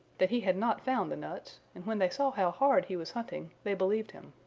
that he had not found the nuts, and when they saw how hard he was hunting they believed him.